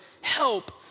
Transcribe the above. help